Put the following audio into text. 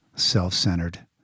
self-centered